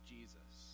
Jesus